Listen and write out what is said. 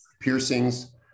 piercings